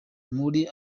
muri